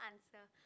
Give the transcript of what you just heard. answer